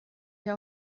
hier